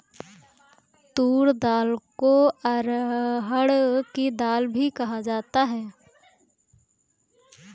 तूर दाल को अरहड़ की दाल भी कहा जाता है